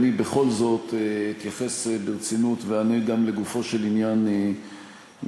אני בכל זאת אתייחס ברצינות ואענה גם לגופו של עניין לדברים,